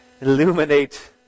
Illuminate